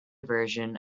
version